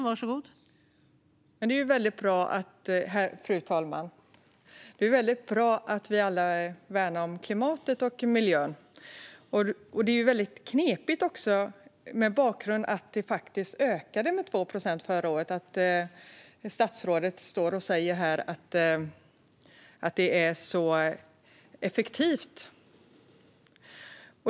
Fru talman! Det är väldigt bra att vi alla värnar om klimatet och miljön. Mot bakgrund av att utsläppen ökade med 2 procent förra året är det dock knepigt att statsrådet står här och säger att detta är så effektivt.